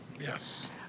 Yes